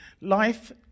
life